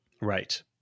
Right